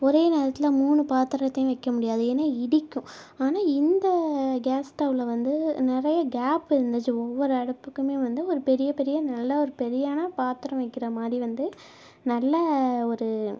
ஒரே நேரத்தில் மூணு பாத்திரத்தையும் வைக்க முடியாது ஏன்னா இடிக்கும் ஆனால் இந்த கேஸ் ஸ்டவ்வில் வந்து நிறைய கேப் இருந்துச்சு ஒவ்வொரு அடுப்புக்கும் வந்து ஒரு பெரிய பெரிய நல்ல ஒரு பெரியான பாத்தரம் வைக்கிறமாரி வந்து நல்ல ஒரு